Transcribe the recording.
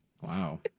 Wow